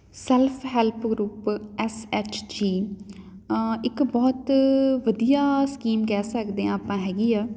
self help group S H G ਇੱਕ ਬਹੁਤ ਵਧੀਆ ਸਕੀਮ ਕਹਿ ਸਕਦੇ ਹਾਂ ਆਪਾਂ ਹੈਗੀ ਆ